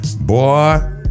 Boy